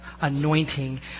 anointing